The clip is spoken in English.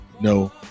no